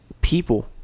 people